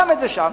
שם את זה שם,